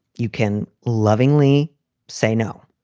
you can lovingly say, no,